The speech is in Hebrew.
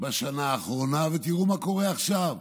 בשנה האחרונה ותראו מה קורה עכשיו.